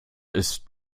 ist